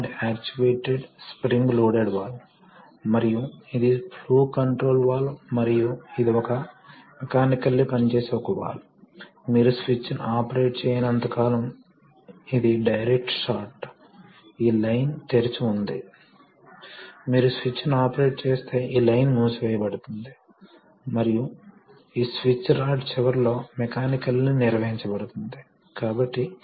కాబట్టి ఇక్కడ ద్రవాన్ని కుదించుకుంటుంటే మరియు కొంత అధిక ప్రెషర్ ఏరియా సృష్టించబడితే మరోవైపు ఇక్కడ వాస్తవానికి టీత్ మెషింగ్ చాలా దగ్గరగా ఉండాలి కాబట్టి ఇక్కడ ఈ టీత్ వాస్తవానికి దూరంగా వెళుతుంది కాబట్టి అవి ఒకే చోట తెరుచుకుంటున్నాయి అవి మూసివేస్తున్నాయి కాబట్టి ఒకే చోట అవి మూసివేస్తున్నాయి కాబట్టి మూసివేసేటప్పుడు అక్కడ ప్రెషర్ ని సృష్టించే ధోరణిని కలిగి ఉంటాయి